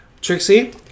Trixie